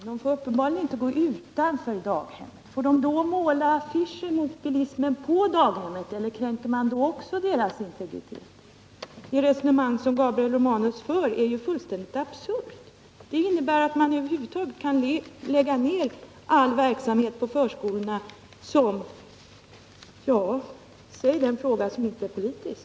Herr talman! Får jag ställa en fråga. Barnen och personalen får uppenbarligen inte gå utanför daghemmen. Får barnen på daghemmen måla affischer mot bilismen, eller kränker man även då deras integritet? Det resonemang som Gabriel Romanus för är fullständigt absurt. Det innebär att man kan lägga ned all verksamhet på förskolorna — för säg den fråga som inte är politisk.